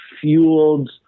fueled